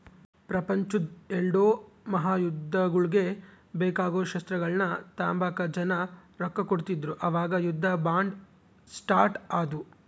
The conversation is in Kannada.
ಪ್ರಪಂಚುದ್ ಎಲ್ಡೂ ಮಹಾಯುದ್ದಗುಳ್ಗೆ ಬೇಕಾಗೋ ಶಸ್ತ್ರಗಳ್ನ ತಾಂಬಕ ಜನ ರೊಕ್ಕ ಕೊಡ್ತಿದ್ರು ಅವಾಗ ಯುದ್ಧ ಬಾಂಡ್ ಸ್ಟಾರ್ಟ್ ಆದ್ವು